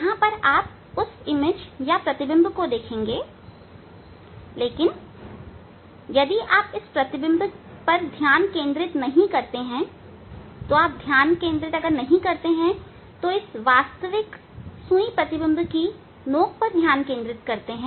यहाँ आप उस प्रतिबिंब को भी देखेंगे लेकिन यदि आप इसके प्रतिबिंब पर ध्यान केंद्रित नहीं करते हैं तो आप ध्यान केंद्रित करते हैं इस वास्तविक सुई प्रतिबिंब की नोक पर ध्यान केंद्रित करते हैं